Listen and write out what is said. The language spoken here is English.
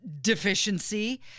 deficiency